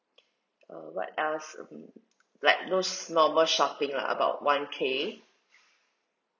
uh what else um like those normal shopping lah about one K